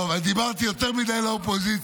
טוב, דיברתי יותר מדי לאופוזיציה.